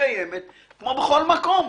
שמתקיימת כמו בכל מקום.